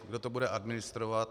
Kdo to bude administrovat?